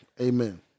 Amen